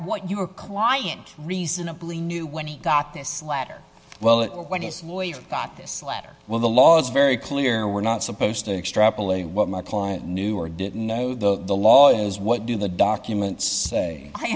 what your client reasonably knew when he got this letter well if when his lawyer got this letter well the law is very clear we're not supposed to extrapolate what my client knew or didn't know the law is what do the documents say i